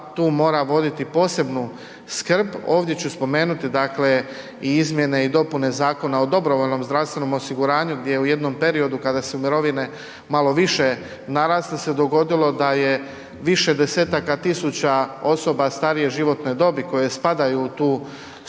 tu mora voditi posebnu skrb. Ovdje ću spomenuti, dakle i izmjene i dopune Zakona o dobrovoljnom zdravstvenom osiguranju gdje u jednom periodu kada su mirovine malo više narasle se dogodilo da je više desetaka tisuća osoba starije životne dobi koje spadaju u tu